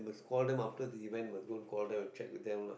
call them after the event must go and call them and check with them lah